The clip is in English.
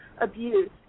abuse